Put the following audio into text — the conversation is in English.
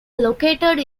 located